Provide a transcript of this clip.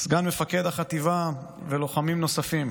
סגן מפקד החטיבה ולוחמים נוספים,